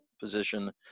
position